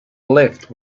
left